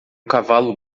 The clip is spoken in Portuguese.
cavalo